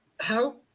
how-